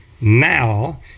now